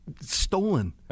stolen